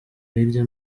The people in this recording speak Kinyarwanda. hirya